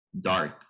dark